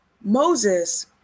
Moses